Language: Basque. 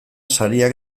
sariak